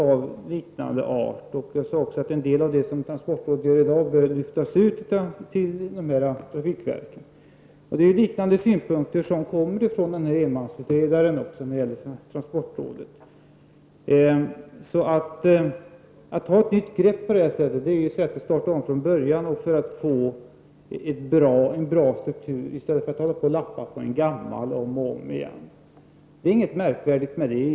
Jag sade också att en del av det som transportrådet i dag gör bör flyttas över till trafikverken. Liknande synpunkter när det gäller transportrådet kommer också från enmansutredaren. Att på detta sätt ta ett nytt grepp är ett sätt att börja om från början för att få en bra struktur i stället för att lappa på en gammal organisation om och om igen. Det är egentligen ingenting märkvärdigt med det.